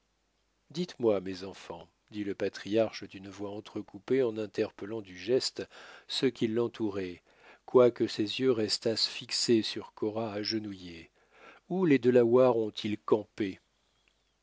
dites-moi mes enfants dit le patriarche d'une voix entrecoupée en interpellant du geste ceux qui l'entouraient quoique ses yeux restassent fixés sur cora agenouillée où les delawares ont-ils campé